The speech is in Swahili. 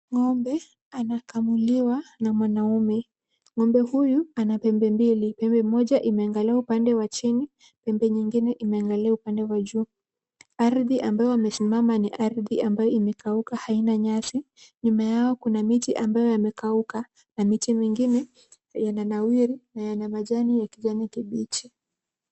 Ng'ombe anakumuliwa na mwanaume. Ng'ombe huyu ana pembe mbili, pembe moja imeangalia upande wa chini, pembe nyingine imeangalia upande wa juu. Ardhi ambayo amesimama ni ardhi ambayo imekauka haina nyasi. Nyuma yao kuna miti ambayo yamekauka, na miti mingine yananawili na yana majani ya kijani kibichi.